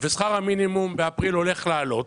שכר המינימום הולך לעלות